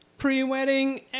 pre-wedding